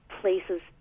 places